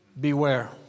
Beware